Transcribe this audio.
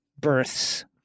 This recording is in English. births